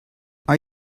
are